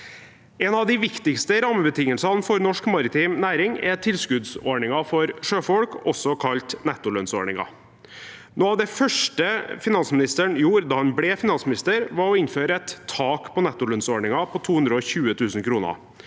En av de viktigste rammebetingelsene for norsk maritim næring er tilskuddsordningen for sjøfolk, også kalt nettolønnsordningen. Noe av det første finansministeren gjorde da han ble finansminister, var å innføre et tak på nettolønnsordningen på 220 000 kr.